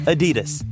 Adidas